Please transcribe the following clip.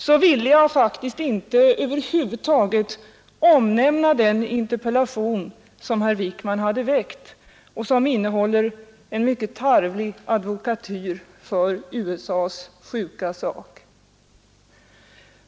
Då ville jag faktiskt inte över huvud taget omnämna den interpellation som herr Wijkman hade väckt och som innehåller en mycket tarvlig advokatyr för USA:s sjuka sak.